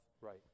right